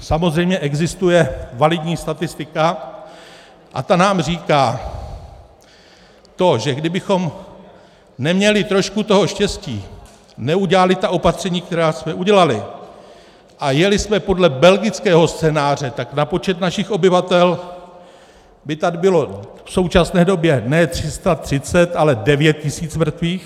Samozřejmě existuje validní statistika a ta nám říká to, že kdybychom neměli trošku toho štěstí, neudělali ta opatření, která jsme udělali, a jeli jsme podle belgického scénáře, tak na počet našich obyvatel by tady bylo v současné době ne 330, ale 9 tisíc mrtvých.